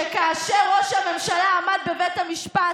חבר הכנסת אלעזר שטרן,